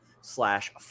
slash